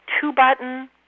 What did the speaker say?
two-button